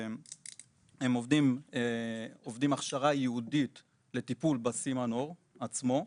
הם עוברים הכשרה ייעודית לטיפול בסימנור עצמו.